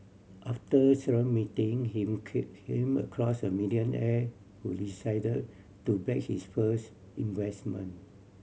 after several meeting him could him across a billionaire who decided to back his first investment